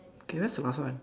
K where's the last one